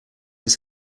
his